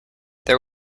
there